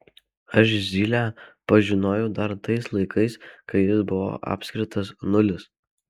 aš zylę pažinojau dar tais laikais kai jis buvo apskritas nulis